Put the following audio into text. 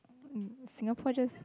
mm Singapore just